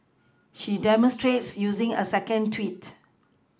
she demonstrates using a second tweet